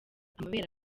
amabere